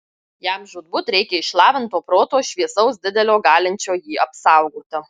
jam žūtbūt reikia išlavinto proto šviesaus didelio galinčio jį apsaugoti